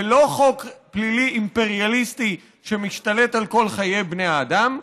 ולא חוק פלילי אימפריאליסטי שמשתלט על כל חיי בני האדם.